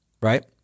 right